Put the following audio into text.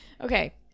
Okay